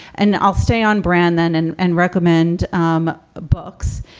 and i'll stay on brand then and and recommend um books.